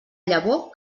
llavor